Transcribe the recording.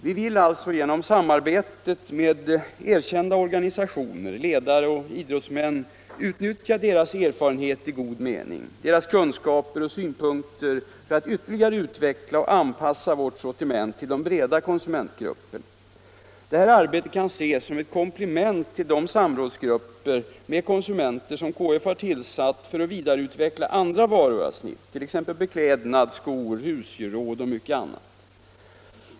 Vi vill alltså genom samarbetet med dessa erkända organisationer, ledare och idrottsmän, utnyttja deras erfarenheter i god mening, deras kunskaper och synpunkter för att ytterligare utveckla och anpassa vårt sortiment till de breda konsumentlagren. Detta arbete kan ses som ett komplement till de samrådsgrupper med konsumenter som KF har tillsatt för att vidareutveckla andra varuavsnitt, t.ex. beklädnad, skor och husgeråd.